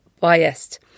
biased